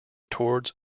towards